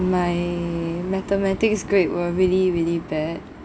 my mathematics grade were really really bad